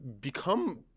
become